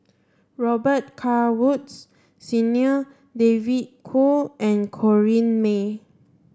Robet Carr Woods Senior David Kwo and Corrinne May